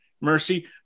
mercy